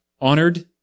honored